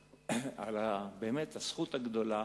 על, באמת, הזכות הגדולה